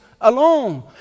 alone